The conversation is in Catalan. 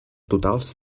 totals